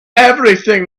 everything